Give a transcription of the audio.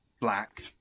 black